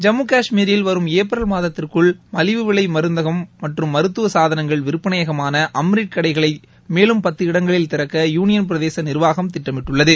ஜம்மு காஷ்மீரில் வரும் ஏப்ரல் மாதத்திற்குள் மலிவு விலை மருந்து மற்றும் மருத்துவ சாதனங்கள் விற்பனையகமான அம்ரிட் கடைகளை மேலும் பத்து இடங்களில் திறக்க யூனியன் பிரதேச நிர்வாகம் திட்டமிட்டுள்ளது